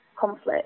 conflict